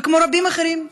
וכמו רבים אחרים,